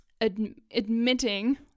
admitting